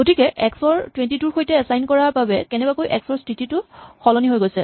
গতিকে এক্স ৰ ২২ ৰ সৈতে এচাইন কৰাৰ বাবে কেনেবাকৈ এক্স ৰ স্হিতিটো সলনি হৈ গৈছে